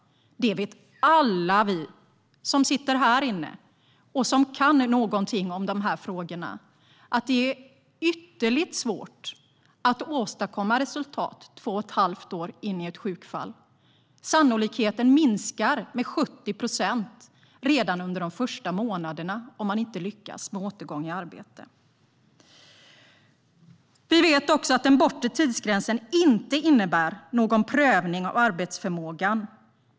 Alla vi här i kammaren, som kan någonting om de här frågorna, vet att det är ytterligt svårt att åstadkomma resultat två och ett halvt år in i ett sjukfall. Sannolikheten minskar med 70 procent redan under de första månaderna om man inte lyckas med återgång i arbete. Vi vet också att den bortre tidsgränsen inte innebär någon prövning av arbetsförmågan.